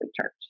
Church